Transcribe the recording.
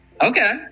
okay